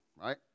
right